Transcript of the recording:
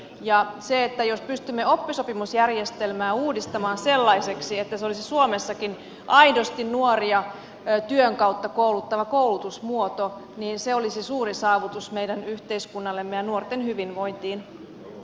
ja jos pystymme oppisopimusjärjestelmää uudistamaan sellaiseksi että se olisi suomessakin aidosti nuoria työn kautta kouluttava koulutusmuoto niin se olisi suuri saavutus meidän yhteiskunnallemme ja nuorten hyvinvointiin